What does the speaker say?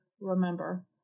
Remember